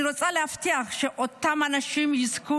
אני רוצה להבטיח שאותם אנשים יזכו